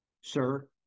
sir